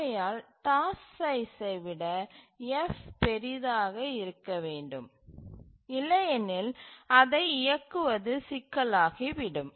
ஆகையால் டாஸ்க் சைஸ்சை விட F பெரிதாக இருக்க வேண்டும் இல்லையெனில் அதை இயக்குவது சிக்கலாகிவிடும்